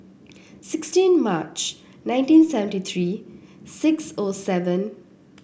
sixteen March nineteen seventy three six O seven